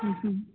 ꯎꯝ ꯎꯝ